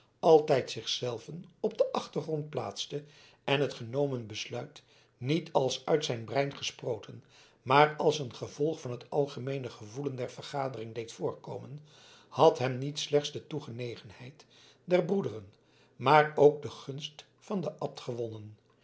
altijd zich zelven op den achtergrond plaatste en het genomen besluit niet als uit zijn brein gesproten maar als een gevolg van het algemeene gevoelen der vergadering deed voorkomen had hem niet slechts de toegenegenheid der broederen maar ook de gunst van den abt gewonnen